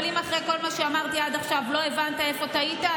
אבל אם אחרי כל מה שאמרתי עד עכשיו לא הבנת איפה טעית,